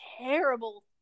terrible